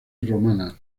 romana